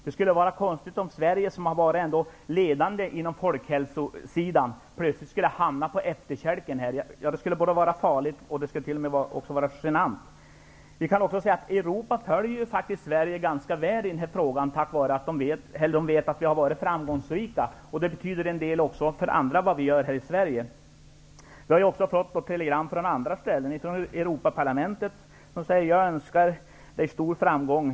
Det skulle vara konstigt om Sverige, som varit ledande när det gäller folkhälsan, plötsligt skulle hamna på efterkälken. Det skulle vara både farligt och genant. Europa följer Sverige ganska väl i den här frågan. De vet att vi varit framgångsrika, och det betyder en del för andra vad vi gör här i Vi har också fått telegram, bl.a. från Europaparlamentet, där man skriver: Jag önskar dig stor framgång.